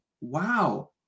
wow